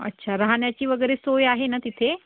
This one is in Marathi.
अच्छा राहण्याची वगैरे सोय आहे ना तिथे